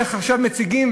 איך עכשיו מציגים,